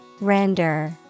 Render